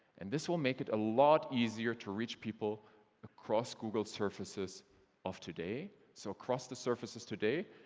and this will make it a lot easier to reach people across google surfaces of today, so across the surfaces today,